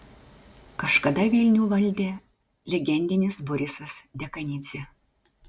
kažkada vilnių valdė legendinis borisas dekanidzė